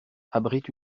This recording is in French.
abrite